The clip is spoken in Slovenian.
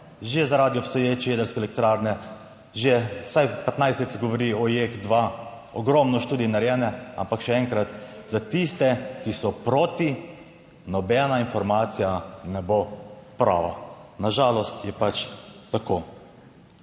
že zaradi obstoječe jedrske elektrarne. Že vsaj 15 let se govori o JEK2, ogromno študij narejene, ampak še enkrat, za tiste, ki so proti, nobena informacija ne bo prava, na žalost je pač tako.